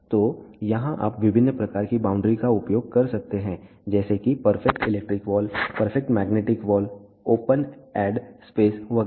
तो यहाँ आप विभिन्न प्रकार की बाउंड्री का उपयोग कर सकते हैं जैसे कि perfect electric wall perfect magnetic wall open एड स्पेस वगैरह